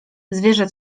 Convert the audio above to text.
zwierzę